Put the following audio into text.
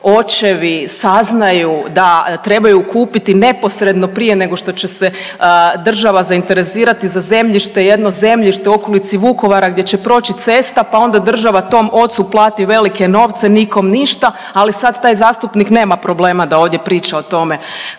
očevi saznaju da trebaju kupiti neposredno prije nego što će se država zainteresirati za zemljište, jedno zemljište u okolici Vukovara gdje će proći cesta, pa onda država tom ocu plati velike novce, nikom ništa, ali sad taj zastupnik nema problema da ovdje priča o tome